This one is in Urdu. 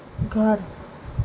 گھر